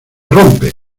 rompe